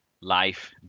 life